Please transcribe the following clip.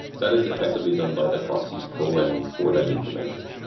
that is effectively done by the proxies pulling for that information.